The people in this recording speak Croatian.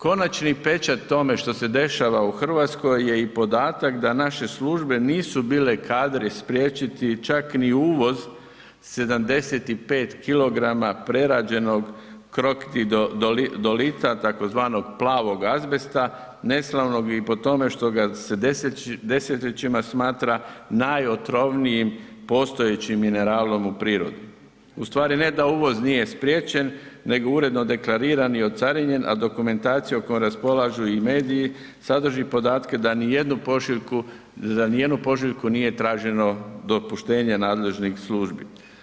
Konačni pečat tome što se dešava u Hrvatskoj je i podatak da naše službe nisu bile kadre spriječiti čak ni uvoz 75 kilograma tzv. plavog azbesta, neslavnog i po tome što ga se desetljećima smatra najotrovnijim postojećim mineralom u prirodi, u stvari ne da uvoz nije spriječen, nego uredno deklariran i ocarinjen, a dokumentacija kojom raspolažu i mediji sadrži podatke da ni za jednu pošiljku nije traženo dopuštenje nadležnih službi.